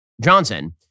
Johnson